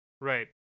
Right